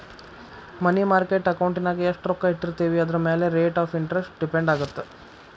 ಮನಿ market ಅಕೌಂಟಿನ್ಯಾಗ ಎಷ್ಟ್ ರೊಕ್ಕ ಇಟ್ಟಿರ್ತೇವಿ ಅದರಮ್ಯಾಲೆ ರೇಟ್ ಆಫ್ ಇಂಟರೆಸ್ಟ್ ಡಿಪೆಂಡ್ ಆಗತ್ತ